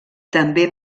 també